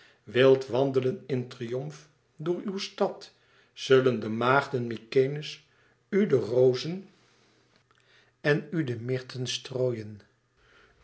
wilt wandelen in triomf door uw stad zullen de maagden mykenæ's u de rozen en u de myrten strooien